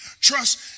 Trust